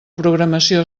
programació